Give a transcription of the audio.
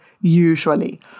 usually